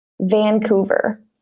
Vancouver